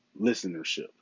listenership